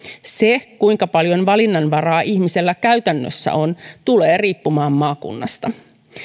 se kuinka paljon valinnanvaraa ihmisellä käytännössä on tulee riippumaan maakunnasta